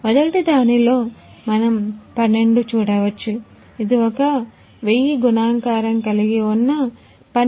మొదటిదానిలో మనం 12 చూడవచ్చు ఇది ఒక్క వెయ్యి గుణకారం కలిగి ఉన్నది